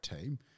team